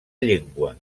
llengua